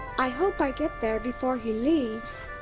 i hope i get there before he leaves!